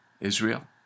Israel